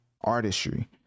artistry